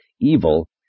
Evil